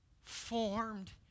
formed